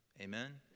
Amen